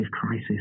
crisis